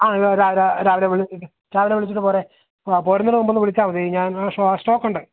ആ രാവിലെ വിളിച്ചിട്ട് രാവിലെ വിളിച്ചിട്ടു പോരെ ആ പോരുന്നതിന് മുമ്പൊന്നു വിളിച്ചാല് മതി ഞാൻ സ്റ്റോക്കുണ്ട്